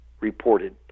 reported